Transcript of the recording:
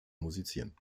musizieren